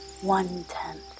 one-tenth